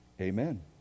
Amen